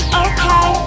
okay